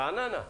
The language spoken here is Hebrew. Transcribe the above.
רעננה.